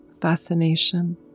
fascination